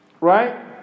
right